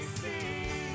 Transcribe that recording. see